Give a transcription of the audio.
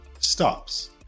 stops